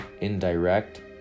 indirect